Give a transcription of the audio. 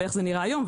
איך זה נראה היום,